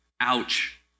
Ouch